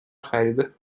خریده